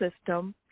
system